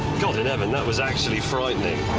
god in heaven, that was actually frightening.